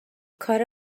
کار